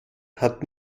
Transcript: hat